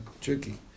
tricky